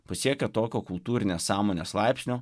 pasiekę tokio kultūrinės sąmonės laipsnio